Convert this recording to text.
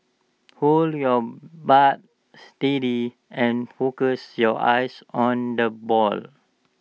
hold your bat steady and focus your eyes on the ball